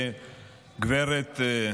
גברת.